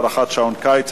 הארכת שעון הקיץ),